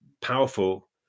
powerful